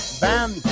bam